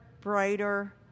brighter